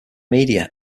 media